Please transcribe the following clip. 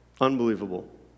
Unbelievable